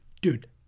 dude